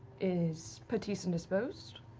is patisse indisposed?